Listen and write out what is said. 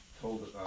told